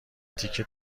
تیکه